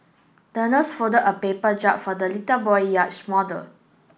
the nurse folded a paper for the little boy yacht model